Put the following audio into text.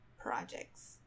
projects